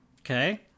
Okay